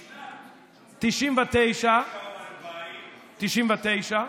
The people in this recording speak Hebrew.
בשנת 1999 או 2000 אמרתי: